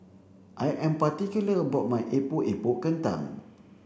I am particular about my Epok Epok Kentang